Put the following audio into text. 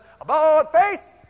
about-face